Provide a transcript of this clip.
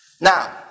Now